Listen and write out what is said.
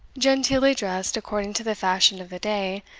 genteelly dressed according to the fashion of the day,